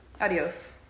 Adios